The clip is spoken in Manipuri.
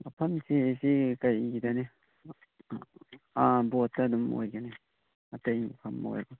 ꯃꯐꯝꯁꯦ ꯑꯁꯤ ꯀꯩꯒꯤꯗꯅꯤ ꯕꯣꯠꯇ ꯑꯗꯨꯝ ꯑꯣꯏꯒꯅꯤ ꯑꯇꯩ ꯃꯐꯝ ꯑꯣꯏꯔꯣꯏ